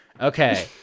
Okay